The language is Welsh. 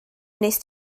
wnest